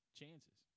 chances